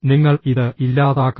നിങ്ങൾ ഇത് ഇല്ലാതാക്കണം